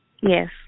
Yes